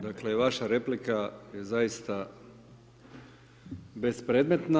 Dakle, vaša replika je zaista bespredmetna.